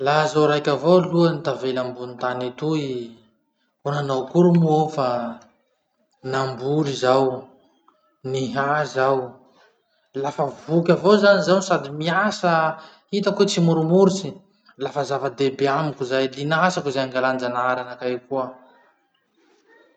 Laha zaho raiky avao aloha nitavela ambony tany etoy, ho nanao akory moa aho fa namboly zaho, nihaza aho, lafa voky avao zany zaho sady miasa hitako hoe tsy moromorotsy, lafa zava-dehibe amiko zay. Linasako ze angalànjanahary anakahy koa.